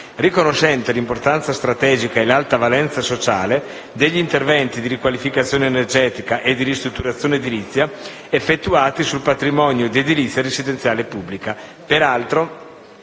riconoscendo l'importanza strategica e l'alta valenza sociale degli interventi di riqualificazione energetica e di ristrutturazione edilizia effettuati sul patrimonio di edilizia residenziale pubblica.